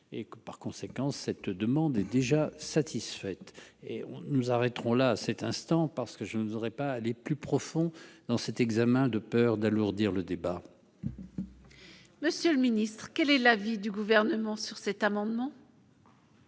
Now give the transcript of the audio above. par conséquence, cette demande est déjà satisfaite et on nous arrêterons là, à cet instant, parce que je ne saurais pas aller plus profond dans cet examen, de peur d'alourdir le débat. Monsieur le Ministre, quel est l'avis du Gouvernement sur cet amendement.